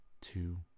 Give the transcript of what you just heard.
two